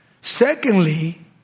Secondly